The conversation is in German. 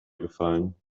gefallen